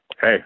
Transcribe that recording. Hey